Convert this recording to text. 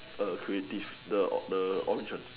err creative the o~ the orange one